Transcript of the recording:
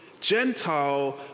Gentile